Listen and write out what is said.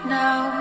now